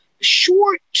short